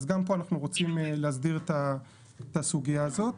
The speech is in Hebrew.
אז גם פה אנחנו רוצים להסדיר את הסוגיה הזאת.